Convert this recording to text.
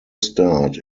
start